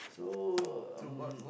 so um